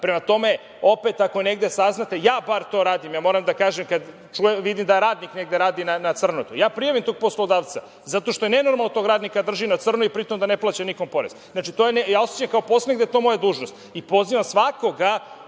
tome, opet ako negde saznate, ja bar to radim. Ja moram da kažem, kad čujem i vidim da radnik negde radi na crno, ja prijavim tog poslodavca zato što je nenormalno da tog radnika drži na crno i pritom da ne plaća nikom porez. Ja osećam kao poslanik da je to moja dužnost i pozivam svakoga